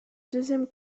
deuxième